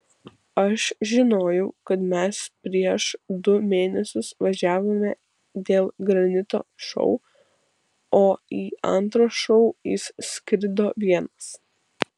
aš žinojau kad mes prieš du mėnesius važiavome dėl granito šou o į antrą šou jis skrido vienas